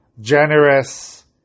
generous